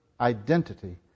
identity